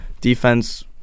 Defense